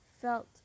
felt